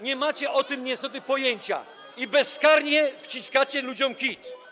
Nie macie o tym, niestety, pojęcia i bezkarnie wciskacie ludziom kit.